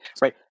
Right